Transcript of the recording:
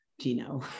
Gino